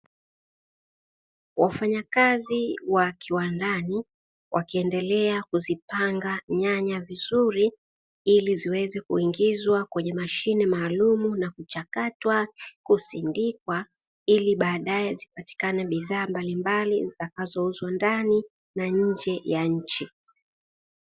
Wafanyakazi wa kiwandani wakiendelea kuzipanga nyanya vizuri ili ziweze kuingizwa kwenye mashine maalumu na kuchakatwa, kusindikwa ili baadae zipatikane bidhaa mbalimbali zitakazouzwa ndani na nje ya nchi.